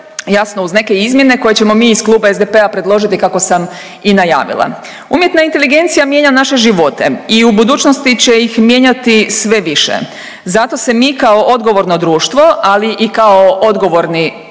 jasno uz neke izmjene koje ćemo mi iz kluba SDP-a predložiti kako sam i najavila. Umjetna inteligencija mijenja naše živote i u budućnosti će ih mijenjati sve više. Zato se mi kao odgovorno društvo, ali i kao odgovorni